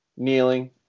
Kneeling